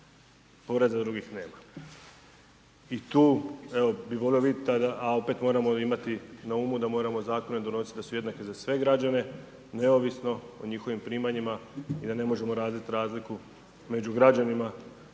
neto, … drugih nema. I tu evo bi volio vidjeti tada, a opet moramo imati na umu da moramo zakone donositi da su jednaki za sve građane neovisno o njihovim primanjima i da ne možemo raditi razliku među građanima